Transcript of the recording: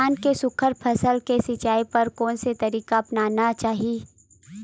धान के सुघ्घर फसल के सिचाई बर कोन से तरीका अपनाना चाहि?